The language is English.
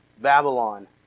Babylon